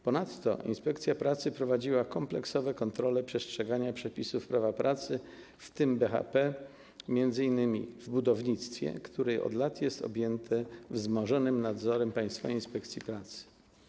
Ponadto inspekcja pracy prowadziła kompleksowe kontrole przestrzegania przepisów prawa pracy, w tym BHP m.in. w budownictwie, które od lat jest objęte wzmożonym nadzorem Państwowej Inspekcji Pracy.